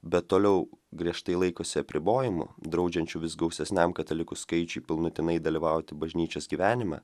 bet toliau griežtai laikosi apribojimų draudžiančių vis gausesniam katalikų skaičiui pilnutinai dalyvauti bažnyčios gyvenime